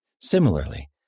Similarly